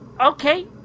Okay